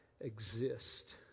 exist